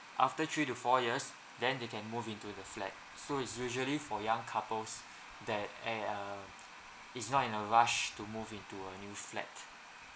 after three to four years then they can move into the flat so it's usually for young couples that eh err is not in a rush to move into a new flat